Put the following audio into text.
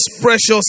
precious